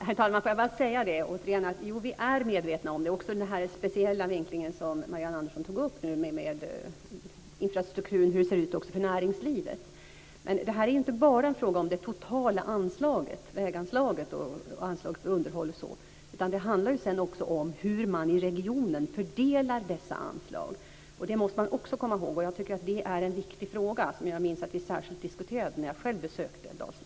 Herr talman! Jo, vi är medvetna om detta, också om den speciella vinkling som Marianne Andersson tog upp med infrastrukturen och hur det ser ut för näringslivet. Men det är inte bara en fråga om det totala väganslaget - anslag för underhåll osv. - utan det handlar också om hur man i regionen fördelar dessa anslag. Det måste man också komma ihåg. Jag tycker att detta är en viktig fråga som jag minns att vi särskilt diskuterade när jag själv besökte Dalsland.